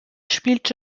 spielt